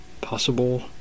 possible